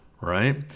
right